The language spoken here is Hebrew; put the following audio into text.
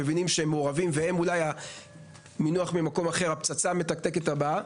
מבינים שהם אולי מעורבים והם אולי הפצצה המתקתקת הבאה,